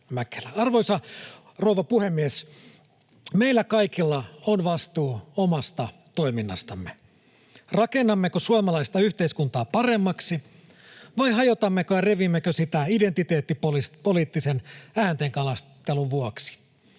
Arvoisa rouva puhemies! Meillä kaikilla on vastuu omasta toiminnastamme. Rakennammeko suomalaista yhteiskuntaa paremmaksi, vai hajotammeko ja revimmekö sitä identiteettipoliittisen ääntenkalastelun vuoksi?